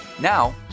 Now